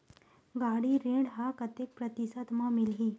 गाड़ी ऋण ह कतेक प्रतिशत म मिलही?